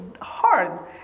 hard